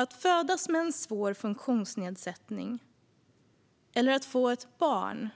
Att födas med en svår funktionsnedsättning eller att få ett barn